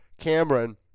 Cameron